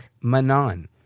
Manan